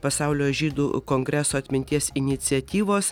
pasaulio žydų kongreso atminties iniciatyvos